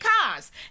cars